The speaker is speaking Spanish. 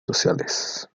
sociales